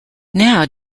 now